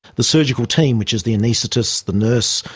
the surgical team, which is the anaesthetist, the nurse,